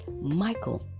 Michael